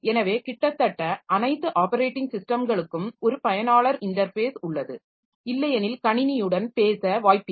எனவே கிட்டத்தட்ட அனைத்து ஆப்பரேட்டிங் ஸிஸ்டங்களுக்கும் ஒரு பயனாளர் இன்டர்ஃபேஸ் உள்ளது இல்லையெனில் கணினியுடன் பேச வாய்ப்பில்லை